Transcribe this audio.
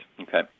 Okay